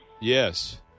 yes